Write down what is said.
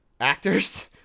Actors